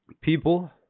people